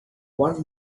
one